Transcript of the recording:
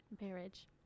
marriage